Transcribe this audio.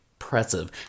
impressive